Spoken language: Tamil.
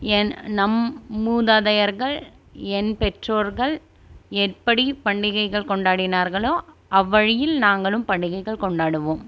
என் நம் மூதாதையர்கள் என் பெற்றோர்கள் எப்படி பண்டிகைகள் கொண்டாடினார்களோ அவ்வழியில் நாங்களும் பண்டிகைகள் கொண்டாடுவோம்